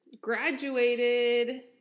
graduated